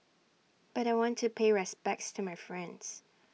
but I want to pay respects to my friends